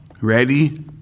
ready